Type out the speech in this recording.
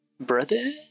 Brother